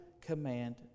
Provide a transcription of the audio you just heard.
command